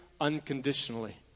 unconditionally